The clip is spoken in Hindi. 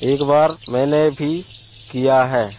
एक बार मैंने भी किया है